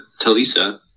Talisa